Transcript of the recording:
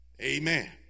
Amen